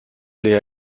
lea